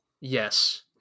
Yes